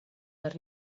las